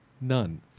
None